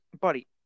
Buddy